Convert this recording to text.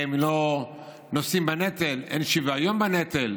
הם לא נושאים בנטל, אין שוויון בנטל.